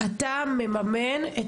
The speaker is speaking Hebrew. אתה מממן את